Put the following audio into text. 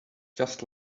just